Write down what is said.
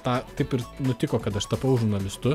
tą taip ir nutiko kad aš tapau žurnalistu